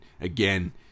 again